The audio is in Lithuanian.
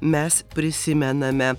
mes prisimename